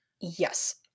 Yes